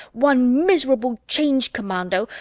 one miserable change commando,